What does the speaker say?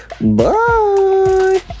Bye